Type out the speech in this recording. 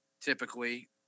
typically